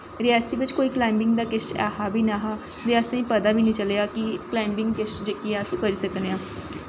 रियासी बिच्च कोई कलाईंबिंग दा कुछ ऐ बी नेईं हा ते असें पता बी निं चलेआ कि कलाईंबिंग जेह्की अस करी सकने आं